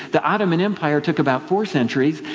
the ottoman empire took about four centuries,